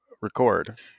record